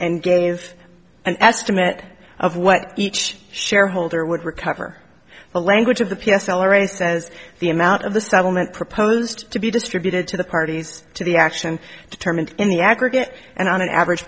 and gave an estimate of what each shareholder would recover the language of the p s l array says the amount of the settlement proposed to be distributed to the parties to the action determined in the aggregate and on an average